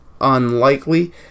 unlikely